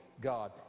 god